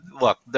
look